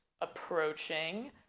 approaching